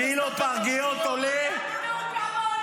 כמה עולה חלב?